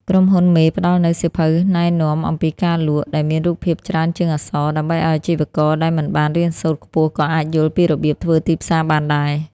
ក្រុមហ៊ុនមេផ្ដល់នូវ "សៀវភៅណែនាំអំពីការលក់" ដែលមានរូបភាពច្រើនជាងអក្សរ ដើម្បីឱ្យអាជីវករដែលមិនបានរៀនសូត្រខ្ពស់ក៏អាចយល់ពីរបៀបធ្វើទីផ្សារបានដែរ។